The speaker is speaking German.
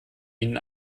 ihnen